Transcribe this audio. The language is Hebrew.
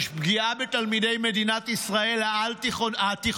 יש פגיעה בתלמידי מדינת ישראל העל-יסודיים,